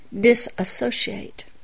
disassociate